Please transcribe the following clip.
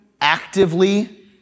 actively